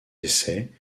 essais